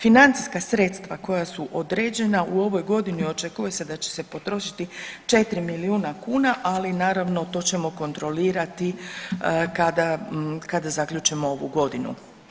Financijska sredstava koja su određena u ovoj godini, očekuje se da će se potrošiti 4 milijuna kuna, ali naravno to ćemo kontrolirati kada, kada zaključimo ovu godinu.